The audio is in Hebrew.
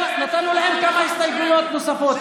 נתנו להם כמה הסתייגויות נוספות.